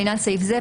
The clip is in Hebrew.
"לעניין סעיף זה,